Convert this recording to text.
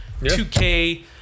2k